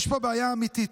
יש פה בעיה אמיתית,